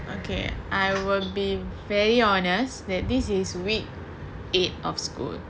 okay I will be very honest that this is week eight of school